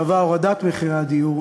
שווה הורדת מחירי הדיור,